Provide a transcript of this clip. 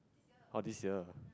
oh this year